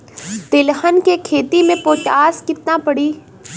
तिलहन के खेती मे पोटास कितना पड़ी?